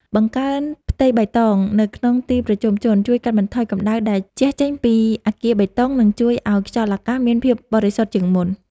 បង្កើនផ្ទៃបៃតងនៅក្នុងទីប្រជុំជនជួយកាត់បន្ថយកម្ដៅដែលជះចេញពីអគារបេតុង និង ជួយឱ្យខ្យល់អាកាសមានភាពបរិសុទ្ធជាងមុន។